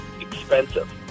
expensive